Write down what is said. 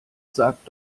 sagt